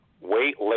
wait